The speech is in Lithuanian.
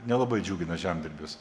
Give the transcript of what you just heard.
nelabai džiugina žemdirbius